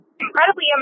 incredibly